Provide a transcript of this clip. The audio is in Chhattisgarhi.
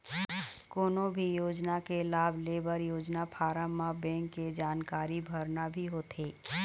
कोनो भी योजना के लाभ लेबर योजना फारम म बेंक के जानकारी भरना भी होथे